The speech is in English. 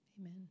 Amen